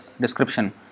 description